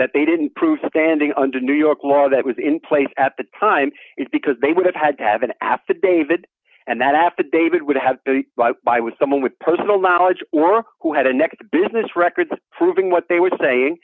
that they didn't prove standing under new york law that was in place at the time is because they would have had to have an affidavit and that affidavit would have by by was someone with personal knowledge or who had annexed the business records proving what they were saying